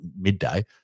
midday